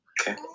Okay